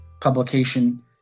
publication